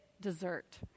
dessert